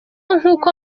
nk’uko